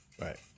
Right